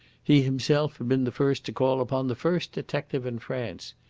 he himself had been the first to call upon the first detective in france.